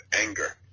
anger